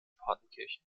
partenkirchen